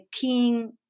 king